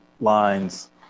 lines